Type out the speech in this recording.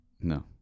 No